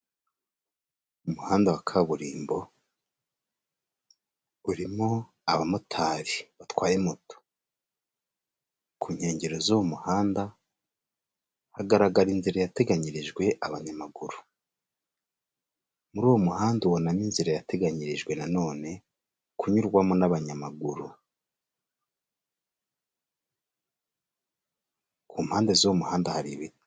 Umuhanda wa kaburimbo urimo abamotari batwaye moto. Ku nkengero z'uwo muhanda hagaragara inzira yateganyirijwe abanyamaguru, muri uwo muhanda ubonamo inzira yateganyirijwe none kunyurwamo n'abanyamaguru. Ku mpande z' uwo muhanda hari.